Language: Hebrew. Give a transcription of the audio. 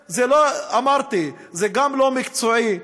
אמרתי שזה גם לא מקצועי,